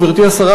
גברתי השרה,